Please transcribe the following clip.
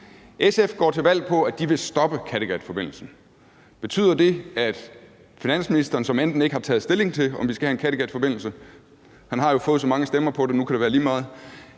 SF går til valg på at stoppe Kattegatforbindelsen. Betyder det, at finansministeren, som enten ikke har taget stilling til, om vi skal have en Kattegatforbindelse, eller måske vil have den eller ikke vil have den